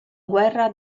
guerra